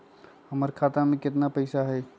हमर खाता में केतना पैसा हई?